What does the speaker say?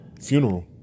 funeral